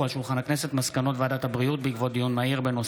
הצעת חוק מיסוי תשלומים בתקופת בחירות (תיקון מס'